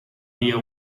via